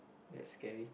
that's scary